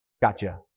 Gotcha